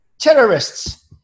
Terrorists